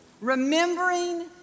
Remembering